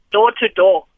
Door-to-door